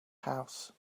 house